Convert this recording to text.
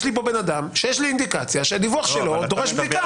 יש לי פה אדם שיש לי אינדיקציה שהדיווח שלו דורש בדיקה.